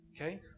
Okay